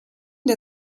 der